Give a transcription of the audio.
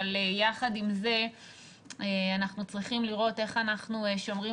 אבל יחד עם זה אנחנו צריכים לראות איך אנחנו שומרים